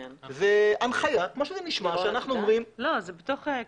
זו הנחיה, כמו שזה נשמע --- לירון, את יודעת?